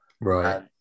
Right